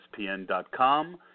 ESPN.com